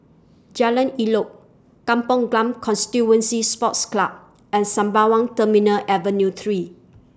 Jalan Elok Kampong Glam Constituency Sports Club and Sembawang Terminal Avenue three